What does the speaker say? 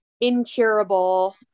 incurable